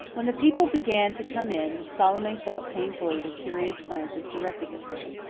when the people began to come in, salome felt painfully the curious glances directed at her.